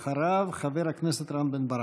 אחריו, חבר הכנסת רם בן ברק.